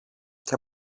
και